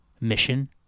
Mission